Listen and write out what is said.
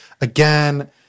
again